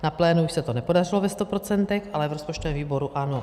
Na plénu se to nepodařilo ve 100 procentech, ale v rozpočtovém výboru ano.